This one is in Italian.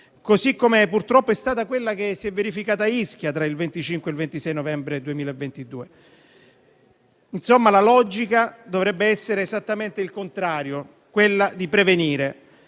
così come purtroppo è stata quella che si è verificata a Ischia tra il 25 e il 26 novembre 2022. Insomma, la logica dovrebbe essere esattamente il contrario, e cioè prevenire.